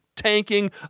tanking